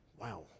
Wow